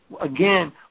Again